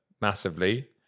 massively